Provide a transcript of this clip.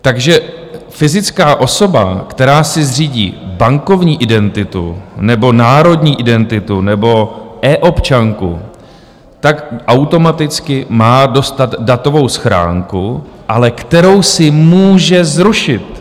Takže fyzická osoba, která si zřídí bankovní identitu nebo národní identitu nebo eObčanku, automaticky má dostat datovou schránku, ale kterou si může zrušit.